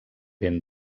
ben